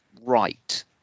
right